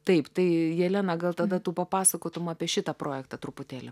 taip tai jelena gal tada tu papasakotum apie šitą projektą truputėlį